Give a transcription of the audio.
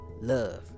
love